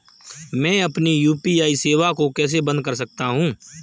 मैं अपनी यू.पी.आई सेवा को कैसे बंद कर सकता हूँ?